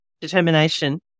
determination